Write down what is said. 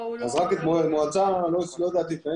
אז רק המועצה לא יכולה לעשות